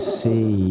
see